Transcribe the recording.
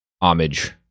homage